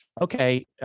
Okay